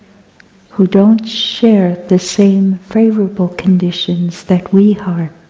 who don't share the same favorable conditions that we have.